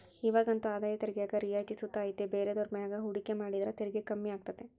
ಇವಾಗಂತೂ ಆದಾಯ ತೆರಿಗ್ಯಾಗ ರಿಯಾಯಿತಿ ಸುತ ಐತೆ ಬೇರೆದುರ್ ಮ್ಯಾಗ ಹೂಡಿಕೆ ಮಾಡಿದ್ರ ತೆರಿಗೆ ಕಮ್ಮಿ ಆಗ್ತತೆ